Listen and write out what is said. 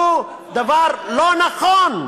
הוא דבר לא נכון,